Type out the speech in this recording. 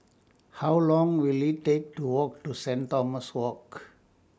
How Long Will IT Take to Walk to Saint Thomas Walk